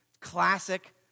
Classic